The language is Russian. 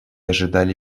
ожидали